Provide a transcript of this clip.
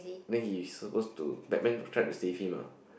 then he supposed to Batman tried to save him ah